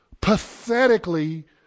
pathetically